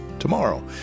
Tomorrow